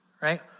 right